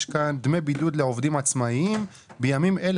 יש כאן דמי בידוד לעובדים עצמאים: "בימים אלה